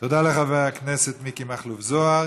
תודה לחבר הכנסת מיקי מכלוף זוהר.